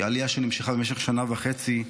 היא עלייה שנמשכה במשך שנה וחצי,